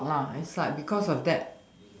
block inside because of that